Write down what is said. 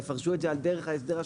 יפרשו את זה על דרך ההסדר השלילי.